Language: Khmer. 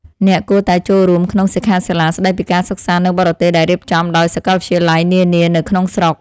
អ្នកគួរតែចូលរួមក្នុងសិក្ខាសាលាស្តីពីការសិក្សានៅបរទេសដែលរៀបចំដោយសាកលវិទ្យាល័យនានានៅក្នុងស្រុក។